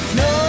no